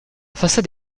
façade